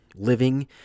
living